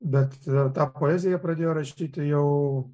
bet tą poeziją pradėjo rašyti jau